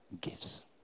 gives